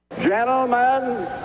Gentlemen